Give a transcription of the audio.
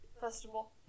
Festival